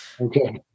Okay